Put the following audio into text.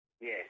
Yes